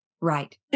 Right